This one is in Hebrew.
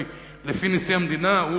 כי לפי נשיא המדינה הוא,